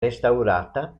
restaurata